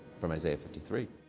from isaiah fifty three.